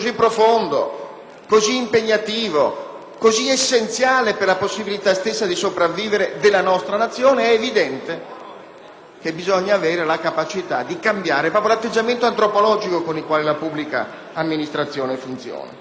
impegnativo ed essenziale per la possibilità stessa di sopravvivere della nostra Nazione, è evidente che bisogna avere la capacità di cambiare proprio l'atteggiamento antropologico con il quale la pubblica amministrazione funziona.